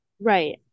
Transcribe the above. Right